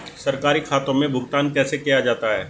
सरकारी खातों में भुगतान कैसे किया जाता है?